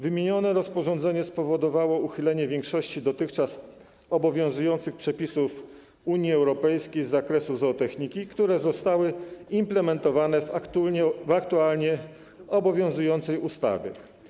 Wymienione rozporządzenie spowodowało uchylenie większości dotychczas obowiązujących przepisów Unii Europejskiej z zakresu zootechniki, które zostały implementowane w aktualnie obowiązującej ustawie.